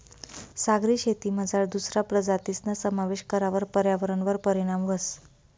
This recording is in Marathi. सागरी शेतीमझार दुसरा प्रजातीसना समावेश करावर पर्यावरणवर परीणाम व्हस